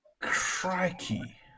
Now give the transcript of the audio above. Crikey